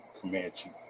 Comanche